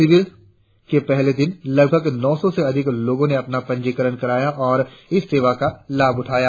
शिविर के पहले दिन लगभग नौ सौ से अधिक लोगों ने अपना पंजीकरण कराया और इस सेवा का लाभ उठाया